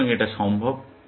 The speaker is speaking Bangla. সুতরাং এটা সম্ভব